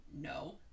No